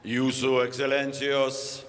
jūsų ekscelencijos